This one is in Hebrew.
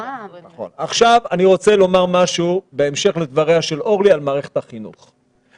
אני רוצה לומר משהו בהמשך לדבריה של אורלי על מערכת החינוך.